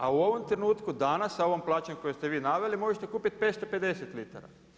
A u ovom trenutku danas, sa ovom plaćom koju ste ni naveli, možete kupiti 550 litara.